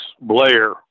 Blair